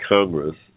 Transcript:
Congress